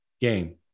game